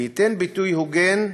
וייתן ביטוי הוגן,